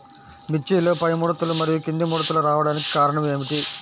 మిర్చిలో పైముడతలు మరియు క్రింది ముడతలు రావడానికి కారణం ఏమిటి?